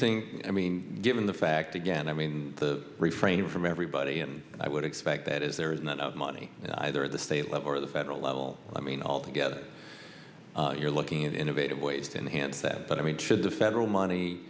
think i mean given the fact again i mean the refraining from everybody and i would expect that is there is not money either at the state level or the federal level i mean altogether you're looking at innovative ways to enhance that but i mean should the federal money